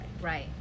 Right